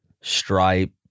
stripe